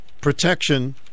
protection